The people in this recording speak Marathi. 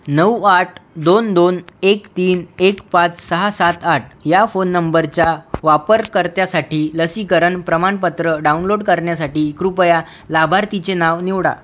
नऊ आठ दोन दोन एक तीन एक पाच सहा सात आठ ह्या फोन नंबरच्या वापरकर्त्यासाठी लसीकरण प्रमाणपत्र डाउनलोड करण्यासाठी कृपया लाभार्थीचे नाव निवडा